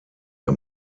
der